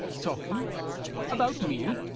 talking about me?